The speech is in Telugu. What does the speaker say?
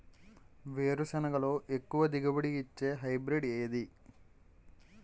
వేరుసెనగ లో ఎక్కువ దిగుబడి నీ ఇచ్చే హైబ్రిడ్ ఏది?